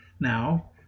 Now